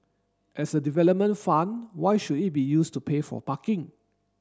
as a development fund why should it be used to pay for parking